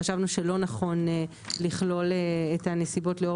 חשבנו שלא נכון לכלול את הנסיבות לאור